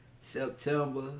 September